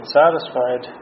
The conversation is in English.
satisfied